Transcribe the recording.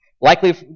Likely